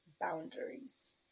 boundaries